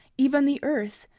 even the earth,